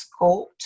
sculpt